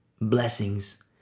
blessings